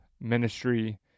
ministry